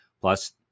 Plus